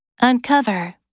Uncover